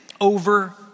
Over